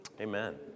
Amen